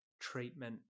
treatment